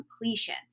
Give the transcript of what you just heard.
completion